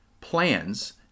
Plans